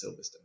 Silverstone